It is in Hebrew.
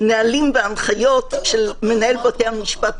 נהלים והנחיות של מנהל בית המשפט,